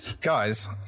Guys